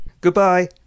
Goodbye